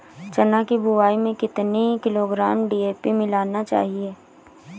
चना की बुवाई में कितनी किलोग्राम डी.ए.पी मिलाना चाहिए?